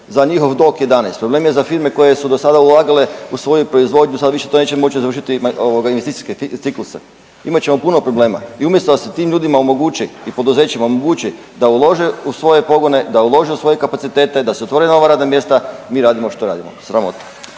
za njihov Dok 11, problem je za firme koje su dosada ulagale u svoju proizvodnju, sad više to neće moći završiti ovoga investicijske cikluse, imat ćemo puno problema i umjesto da se tim ljudima omogući i poduzećima omogući da ulože u svoje pogone, da ulože u svoje kapacitete, da se otvore nova radna mjesta, mi radimo što radimo, sramota.